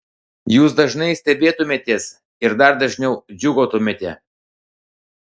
jūs dažnai stebėtumėtės ir dar dažniau džiūgautumėte